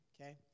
okay